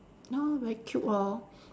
very cute lor